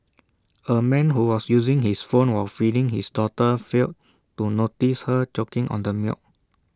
A man who was using his phone while feeding his daughter failed to notice her choking on the milk